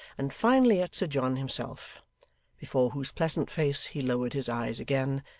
and finally at sir john himself before whose pleasant face he lowered his eyes again,